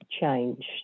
changed